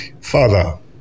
Father